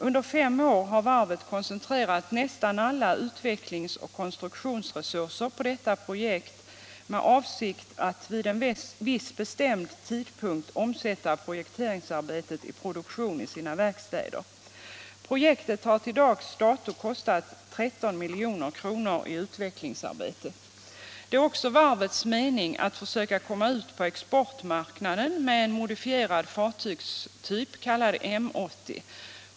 Under fem år har varvet koncentrerat nästan alla utvecklings och konstruktionsresurser på detta projekt med avsikt att vid en viss bestämd tidpunkt omsätta projekteringsarbetet i produktion i sina verkstäder. Projektet har till dags dato kostat 13 milj.kr. i utvecklingsarbete. Det är också varvets mening att försöka komma ut på exportmarknaden med en modifierad fartygstyp kallad M 80.